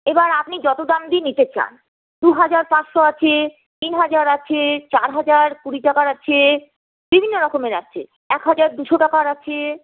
এবার আপনি যত দাম দিয়ে নিতে চান দু হাজার পাঁচশো আছে তিন হাজার আছে চার হাজার কুড়ি টাকার আছে বিভিন্ন রকমের আছে এক হাজার দুশো টাকার আছে